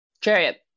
Chariot